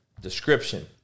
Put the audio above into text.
description